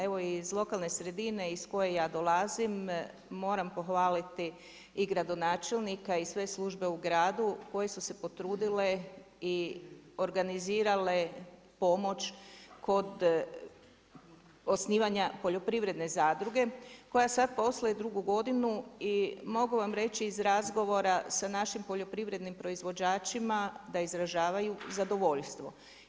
Evo iz lokalne sredine iz koje ja dolazim moram pohvaliti i gradonačelnika i sve službe u gradu koje su se potrudile i organizirale pomoć kod osnivanja poljoprivredne zadruge koja sad posluje drugu godinu i mogu vam reći iz razgovora sa našim poljoprivrednim proizvođačima da izražavaju zadovoljstvo.